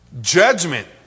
Judgment